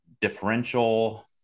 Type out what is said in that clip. differential